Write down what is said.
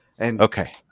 Okay